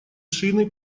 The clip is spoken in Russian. шины